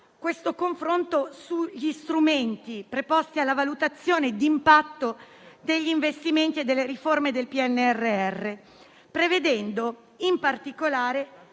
questo confronto sugli strumenti preposti alla valutazione d'impatto degli investimenti e delle riforme del PNRR. Si prevede, in particolare,